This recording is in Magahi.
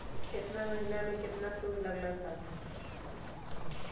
केतना महीना में कितना शुध लग लक ह?